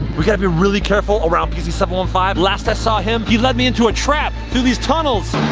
we've got to be really careful around p z seven one five. last i saw him, he led me into a trap through these tunnels.